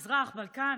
מזרח, בלקן.